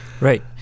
Right